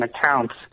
accounts